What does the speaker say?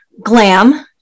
glam